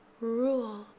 rule